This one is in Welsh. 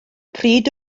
pryd